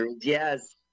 yes